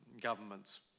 governments